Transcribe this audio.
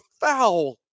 foul